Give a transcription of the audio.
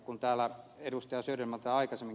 kun täällä ed